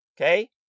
Okay